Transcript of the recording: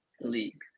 leagues